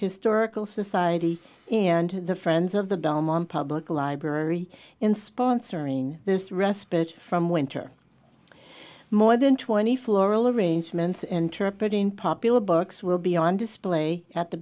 historical society and the friends of the belmont public library in sponsoring this respite from winter more than twenty floral arrangements interpret in popular books will be on display at the